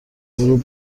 غروب